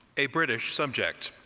a british subject,